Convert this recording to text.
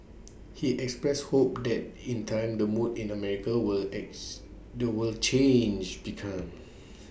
he expressed hope that in time the mood in America will X they will change become